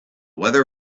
weather